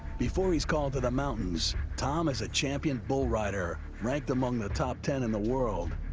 before he's called to the mountains, tom is a champion bull rider ranked among the top ten in the world.